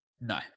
No